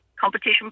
competition